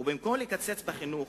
במקום לקצץ בחינוך,